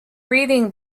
reading